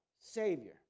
Savior